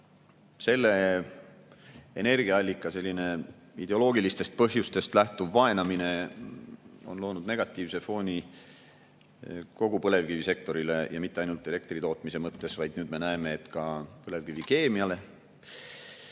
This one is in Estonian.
Selle energiaallika ideoloogilistest põhjustest lähtuv vaenamine on loonud negatiivse fooni kogu põlevkivisektorile, ja mitte ainult elektri tootmise mõttes, vaid me näeme seda ka põlevkivikeemia